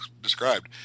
described